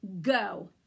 go